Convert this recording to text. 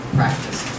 practice